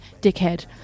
dickhead